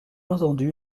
entendu